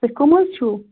تُہۍ کٕم حظ چھُو